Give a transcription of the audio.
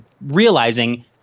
realizing